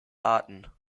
arten